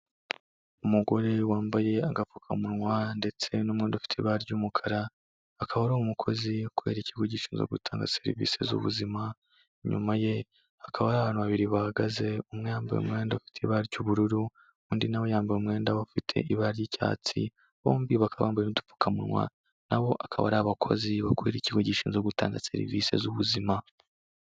Umugore wambaye agapfukamunwa ndetse n'umwenda ufite ibara ry'umukara, akaba ari umukozi ukorera ikigo gishinzwe gutanga serivisi z'ubuzima, inyuma ye hakaba hari abantu babiri bahagaze, umwe yambaye umwenda ufite ibara ry'ubururu, undi nawe yambaye umwenda ufite ibara ry'icyatsi, bombi bakaba bambaye n'udupfukamunwa, na bo akaba ari abakozi bakorera ikigo gishinzwe gutanga serivisi z'ubuzima.